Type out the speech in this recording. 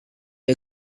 air